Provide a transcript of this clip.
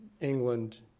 England